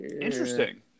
Interesting